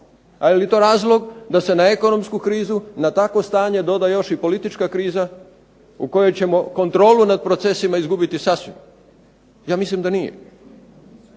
A je li to razlog da se na ekonomsku krizu na takvo stanje doda još i politička kriza u kojoj ćemo kontrolu nad procesima izgubiti sasvim? Ja mislim da nije.